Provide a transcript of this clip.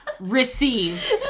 received